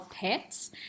pets